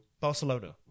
Barcelona